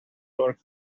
work